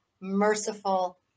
merciful